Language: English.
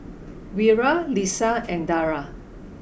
Wira Lisa and Dara